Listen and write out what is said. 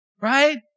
Right